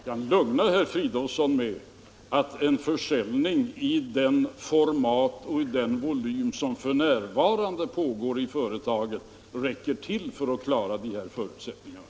Herr talman! Jag kan lugna herr Fridolfsson med att en försäljning av det format och med den volym som företaget för närvarande har räcker till för att klara de angivna förutsättningarna.